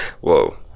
Whoa